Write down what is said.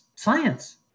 Science